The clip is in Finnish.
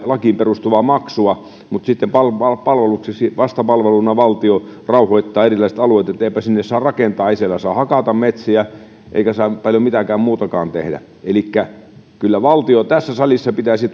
lakiin perustuvaa maksua mutta sitten vastapalveluna valtio rauhoittaa erilaiset alueet että eipä sinne saa rakentaa ei siellä saa hakata metsiä eikä saa paljon mitään muutakaan tehdä elikkä kyllä tässä salissa pitäisi